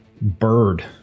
bird